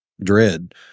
dread